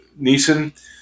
Neeson